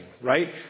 right